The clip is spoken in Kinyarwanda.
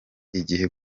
igihe